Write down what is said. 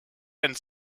and